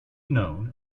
known